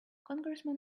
congressman